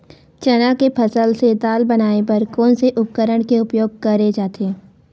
चना के फसल से दाल बनाये बर कोन से उपकरण के उपयोग करे जाथे?